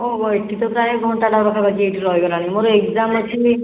ଓଃହୋ ଏଇଠି ତ ପ୍ରାୟେ ଘଣ୍ଟାଟେ ପାଖାପାଖି ଏଇଠି ରହିଗଲାଣି ମୋର ଏକ୍ସାମ ଅଛି